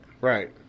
Right